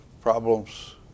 problems